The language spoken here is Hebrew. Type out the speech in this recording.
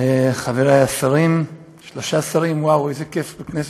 חברי השרים, שלושה שרים, וואו, איזה כיף בכנסת,